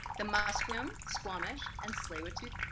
the musqueam, squamish and tsleil-waututh.